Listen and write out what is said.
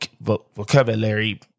vocabulary